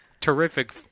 terrific